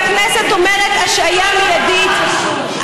והכנסת אומרת: השעיה מיידית,